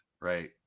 right